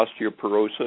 osteoporosis